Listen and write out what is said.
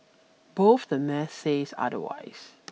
both the math says otherwise